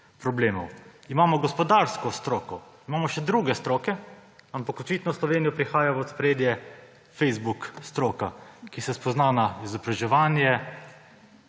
probleme. Imamo gospodarsko stroko, imamo še druge stroke, ampak očitno v Sloveniji prihaja v ospredje Facebook stroka, ki se spozna na izobraževanje,